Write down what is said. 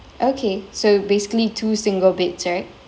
okay so basically two single beds right